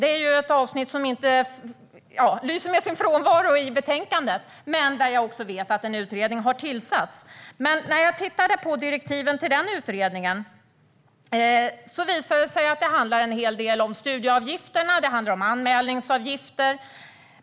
Det är ett avsnitt som lyser med sin frånvaro i betänkandet. Jag vet att en utredning har tillsatts. Men när jag tittade på direktiven till utredningen såg jag att det handlar en hel del om studieavgifterna och att det handlar om anmälningsavgifter.